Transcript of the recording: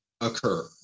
occur